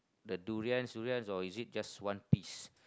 the durians durians or is it just one piece